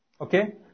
Okay